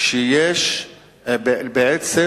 שיש בעצם